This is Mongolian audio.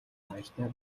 баяртай